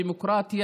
מהנבחרת.